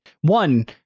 one